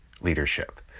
leadership